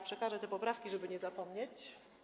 Przekażę te poprawki, żeby nie zapomnieć.